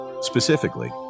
Specifically